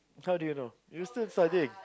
how do you know you still studying